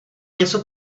něco